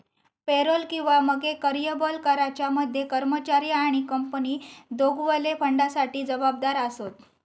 payroll किंवा मगे कर्यबल कराच्या मध्ये कर्मचारी आणि कंपनी दोघवले फंडासाठी जबाबदार आसत